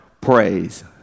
praise